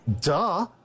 Duh